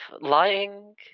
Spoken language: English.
lying